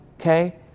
okay